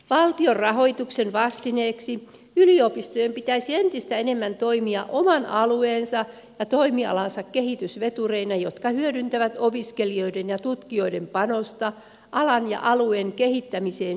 valtion rahoituksen vastineeksi yliopistojen pitäisi entistä enemmän toimia oman alueensa ja toimialansa kehitysvetureina jotka hyödyntävät opiskelijoiden ja tutkijoiden panosta alan ja alueen kehittämisessä suunnitelmallisesti